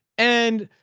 and,